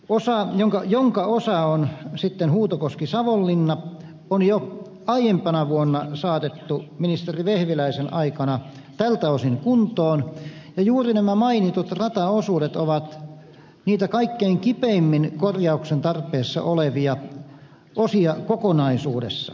edelleen poikkirata jonka osa on huutokoskisavonlinna on jo aiempana vuonna saatettu ministeri vehviläisen aikana tältä osin kuntoon ja juuri nämä mainitut rataosuudet ovat niitä kaikkein kipeimmin korjauksen tarpeessa olevia osia kokonaisuudessa